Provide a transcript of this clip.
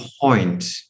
point